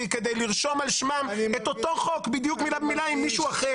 כדי לרשום על שמם את אותו חוק בדיוק מילה במילה עם מישהו אחר.